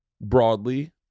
broadly